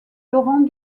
laurent